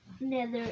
nether